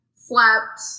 slept